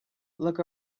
look